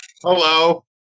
Hello